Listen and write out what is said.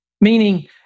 meaning